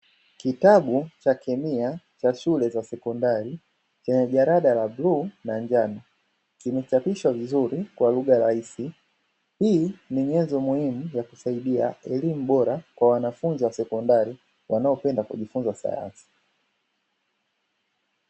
Kitabu cha kemia, cha shule za sekondari, chenye jalada la bluu na njano, kimechapishwa vizuri kwa lugha rahisi, hii ni nyenzo muhimu ya kusaidia elimu bora, kwa wanafunzi wa sekondari wanaopenda kujifunza sayansi.